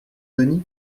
denis